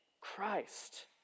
Christ